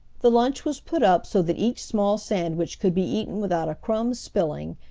the lunch was put up so that each small sandwich could be eaten without a crumb spilling,